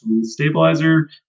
stabilizer